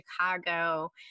chicago